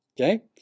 okay